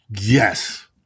Yes